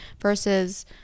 Versus